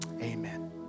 amen